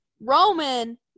Roman –